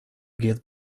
get